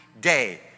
day